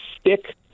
stick